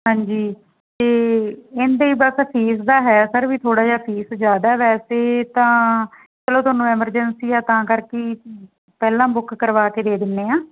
ਹਾਂਜੀ ਅਤੇ ਇਹਦੀ ਬਸ ਫੀਸ ਦਾ ਹੈ ਸਰ ਵੀ ਥੋੜ੍ਹਾ ਜਿਹਾ ਫੀਸ ਜ਼ਿਆਦਾ ਵੈਸੇ ਤਾਂ ਚਲੋ ਤੁਹਾਨੂੰ ਐਮਰਜੈਂਸੀ ਆ ਤਾਂ ਕਰਕੇ ਪਹਿਲਾਂ ਬੁੱਕ ਕਰਵਾ ਕੇ ਦੇ ਦਿੰਦੇ ਹਾਂ